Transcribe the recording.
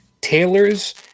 tailors